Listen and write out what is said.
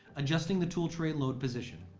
adjusting the tool tray load position